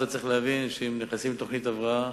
אתה צריך להבין שאם נכנסים לתוכנית הבראה,